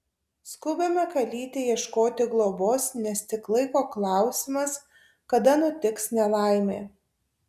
skubame kalytei ieškoti globos nes tik laiko klausimas kada nutiks nelaimė